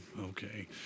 okay